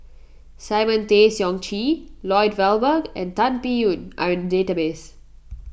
Simon Tay Seong Chee Lloyd Valberg and Tan Biyun are in the database